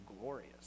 glorious